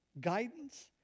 guidance